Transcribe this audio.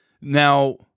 now